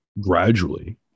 gradually